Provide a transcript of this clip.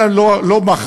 אלא לא מחר,